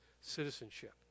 citizenship